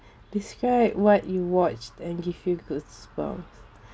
describe what you watched and give you goosebumps